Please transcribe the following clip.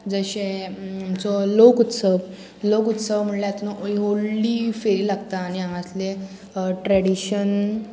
जशें आमचो लोकउत्सव लोकउत्सव म्हळ्यार न्हू व्हडली फेरी लागता आनी हांगांतलें ट्रॅडिशन